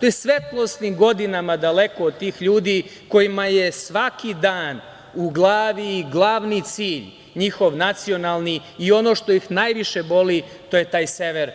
To je svetlosnim godinama daleko od tih ljudi, kojima je svaki dan u glavi i glavni cilj njihov nacionalni i ono što ih najviše boli to je taj sever